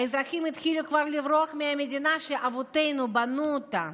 האזרחים התחילו כבר לברוח מהמדינה שאבותינו בנו אותה.